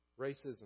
Racism